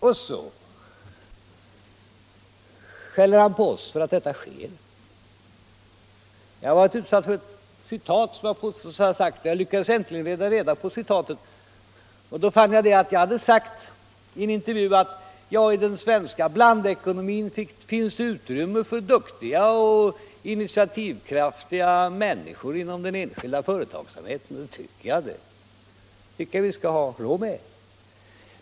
Och så skäller herr Ahlmark på oss för att detta sker. Jag har varit utsatt för ett citat från något som jag påstås ha sagt. Jag lyckades äntligen leta reda på citatet, och då fann jag att jag hade sagt i en intervju att i den svenska blandekonomin finns det utrymme för duktiga och initiativkraftiga människor inom den enskilda företagsamheten, och det tycker jag att vi skall ha råd med.